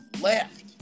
left